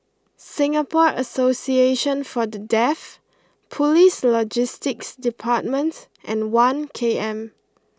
Singapore Association For The Deaf Police Logistics Department and One K M